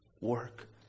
work